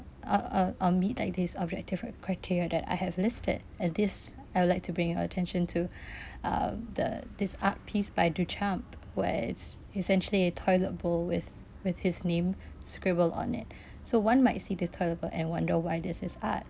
uh uh uh meet like this objective re~ criteria that I have listed and this I would like to bring your attention to uh the this art piece by duchamp where it's essentially a toilet bowl with with his name scribbled on it so one might see the toilet bowl and wonder why this is art